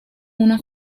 una